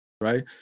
Right